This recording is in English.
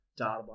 Data